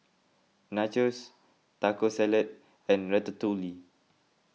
Nachos Taco Salad and Ratatouille